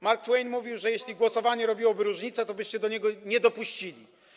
Mark Twain mówił, że jeśli głosowanie robiłoby różnicę, tobyście do niego nie dopuścili.